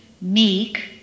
meek